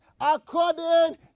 according